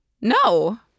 No